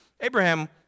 Abraham